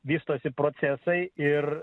vystosi procesai ir